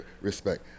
respect